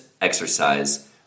Exercise